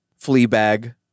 Fleabag